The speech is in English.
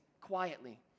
quietly